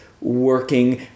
working